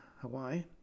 Hawaii